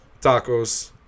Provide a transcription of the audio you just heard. tacos